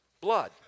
Blood